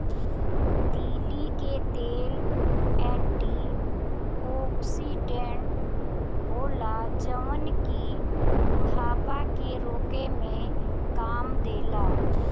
तीली के तेल एंटी ओक्सिडेंट होला जवन की बुढ़ापा के रोके में काम देला